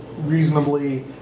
reasonably